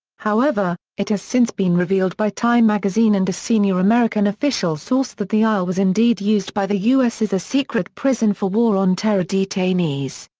however, it has since been revealed by time magazine and a senior american official source that the isle was indeed used by the u s. as a secret prison for war on terror detainees.